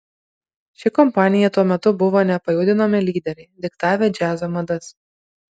ši kompanija tuo metu buvo nepajudinami lyderiai diktavę džiazo madas